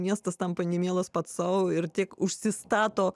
miestas tampa nemielas pats sau ir tiek užsistato